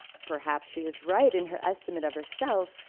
perhaps she is right in her estimate of herself,